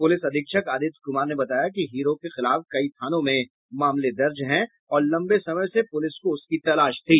police अधीक्षक आदित्य कुमार ने बताया कि हीरो के खिलाफ कई थानों में मामले दर्ज हैं और लंबे समय से पुलिस को उसकी तलाश थी